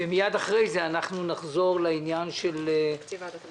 ומיד אחרי זה נחזור לנושא של תקציב ועדת הבחירות.